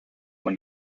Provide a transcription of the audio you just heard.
when